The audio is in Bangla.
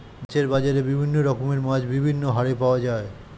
মাছের বাজারে বিভিন্ন রকমের মাছ বিভিন্ন হারে পাওয়া যায়